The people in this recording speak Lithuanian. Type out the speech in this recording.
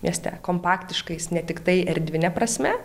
mieste kompaktiškais ne tiktai erdvine prasme